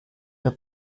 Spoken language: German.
der